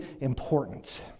important